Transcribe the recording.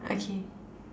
okay